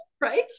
right